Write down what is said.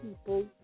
people